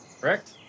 Correct